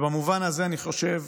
במובן הזה אני חושב